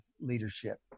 leadership